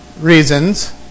reasons